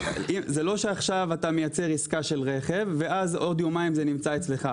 זה לא שעכשיו אתה מייצר עסקה של רכב ואז עוד יומיים זה נמצא אצלך.